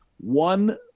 one